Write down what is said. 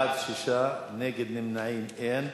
בעד, 6, נגד ונמנעים, אין.